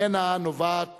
ממנה נובעת